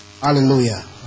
Hallelujah